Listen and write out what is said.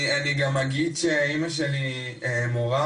אני גם אגיד שאמא שלי מורה,